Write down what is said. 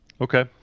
Okay